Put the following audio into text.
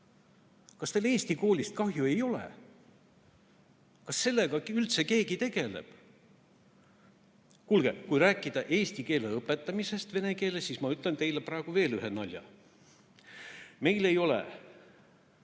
Kas teil eesti koolist kahju ei ole? Kas sellega üldse keegi tegeleb? Kuulge, kui rääkida eesti keele õpetamisest vene keeles, siis ma räägin teile veel ühe nalja. Meil ei ole